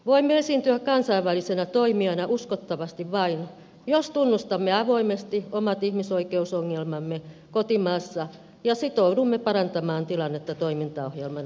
voimme esiintyä kansainvälisenä toimijana uskottavasti vain jos tunnustamme avoimesti omat ihmisoikeusongelmamme kotimaassa ja sitoudumme parantamaan tilannetta toimintaohjelman avulla